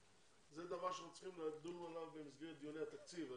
זה דבר שאנחנו צריכים לדון עליו במסגרת דיוני התקציב.